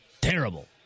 terrible